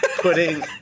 putting